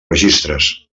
registres